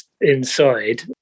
inside